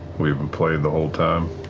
we've been played the whole time.